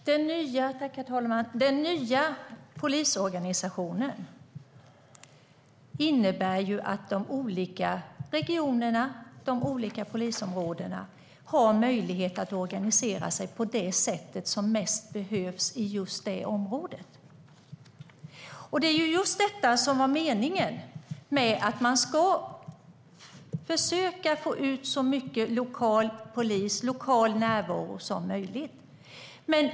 Herr talman! Den nya polisorganisationen innebär ju att de olika regionerna och de olika polisområdena har möjlighet att organisera sig på det sätt som mest behövs i ett visst område. Det är just detta som var meningen med att försöka få ut så mycket lokal polis och lokal närvaro som möjligt.